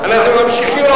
אנחנו ממשיכים,